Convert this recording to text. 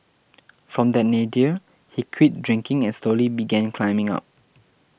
from that nadir he quit drinking and slowly began climbing up